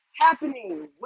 happening